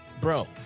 Bro